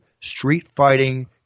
street-fighting